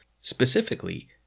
specifically